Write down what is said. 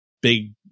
big